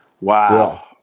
wow